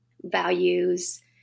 values